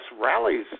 Rallies